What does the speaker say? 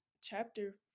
chapter